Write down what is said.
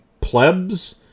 plebs